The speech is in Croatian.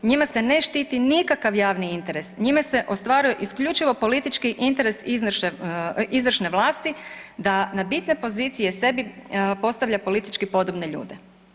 Njima se ne štiti nikakav javni interes, njime se ostvaruje isključivo politički interes izvršne vlasti da na bitne pozicije sebi postavlja politički podobne ljude.